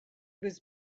was